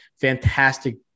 fantastic